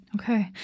Okay